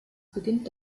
beginnt